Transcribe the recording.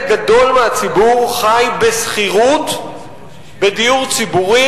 גדול מהציבור חי בשכירות בדיור ציבורי,